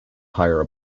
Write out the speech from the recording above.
hire